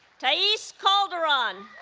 thais calderon